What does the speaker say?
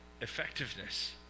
effectiveness